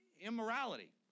immorality